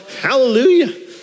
Hallelujah